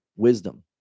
wisdom